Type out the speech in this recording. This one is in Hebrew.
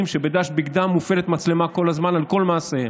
שבדש בגדם מופעלת מצלמה כל הזמן על כל מעשיהם.